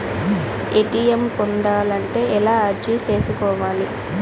ATM పొందాలంటే ఎలా అర్జీ సేసుకోవాలి?